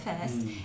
first